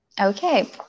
Okay